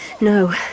No